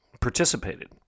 participated